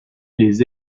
les